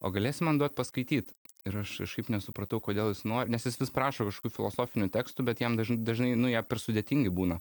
o galėsi man duot paskaityt ir aš kažkaip nesupratau kodėl jis nori nes jis vis prašo kažkokių filosofinių tekstų bet jam dažai dažnai nu jie per sudėtingi būna